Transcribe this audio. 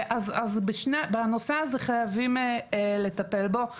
אז בנושא הזה חייבים לטפל בו.